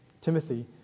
Timothy